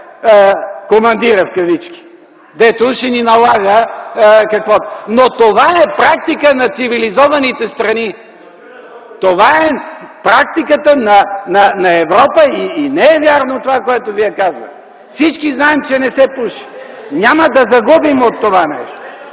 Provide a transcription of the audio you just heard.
Командира в кавички, дето ще ни налага!?”. Но това е практика на цивилизованите страни, това е практиката на Европа. И не е вярно това, което Вие казвате – всички знаем, че не се пуши. Няма да загубим от това нещо.